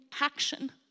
action